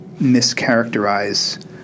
mischaracterize